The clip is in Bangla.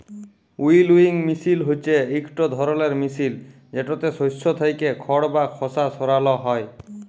উইলউইং মিশিল হছে ইকট ধরলের মিশিল যেটতে শস্য থ্যাইকে খড় বা খসা সরাল হ্যয়